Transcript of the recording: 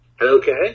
Okay